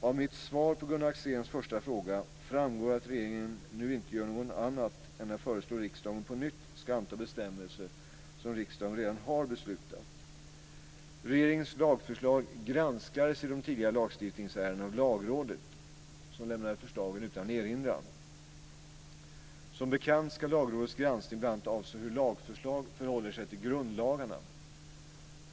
Av mitt svar på Gunnar Axéns första fråga framgår att regeringen nu inte gör någonting annat än att föreslå att riksdagen på nytt ska anta bestämmelser som riksdagen redan beslutat om. Regeringens lagförslag granskades i de tidigare lagstiftningsärendena av Lagrådet, som lämnade förslagen utan erinran. Som bekant ska Lagrådets granskning bl.a. avse hur lagförslag förhåller sig till grundlagarna.